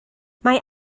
mae